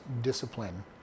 discipline